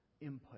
input